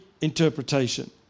interpretation